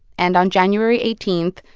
and on january eighteenth,